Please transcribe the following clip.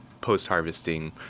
post-harvesting